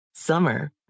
Summer